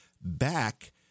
back